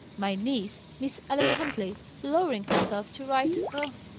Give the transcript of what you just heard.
my niece, miss ellen huntley, lowering herself to write a